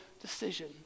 decision